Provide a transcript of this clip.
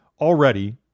Already